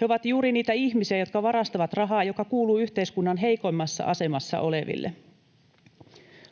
He ovat juuri niitä ihmisiä, jotka varastavat rahaa, joka kuuluu yhteiskunnan heikoimmassa asemassa oleville.